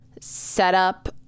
setup